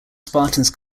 spartans